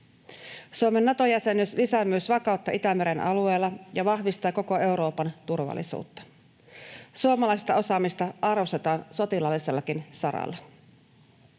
Suomen Nato-jäsenyys lisää myös vakautta Itämeren alueella ja vahvistaa koko Euroopan turvallisuutta. Suomalaista osaamista arvostetaan sotilaallisellakin saralla.